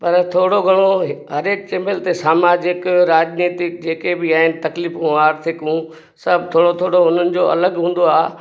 पर थोरो घणो हिकु हर चैनल ते सामाजिक राजनीतिक जेके बि आहिनि तकलीफ़ूं आर्थिकूं सभु थोरो थोरो उन्हनि जो अलॻि हूंदो आहे